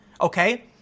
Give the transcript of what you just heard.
okay